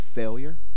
failure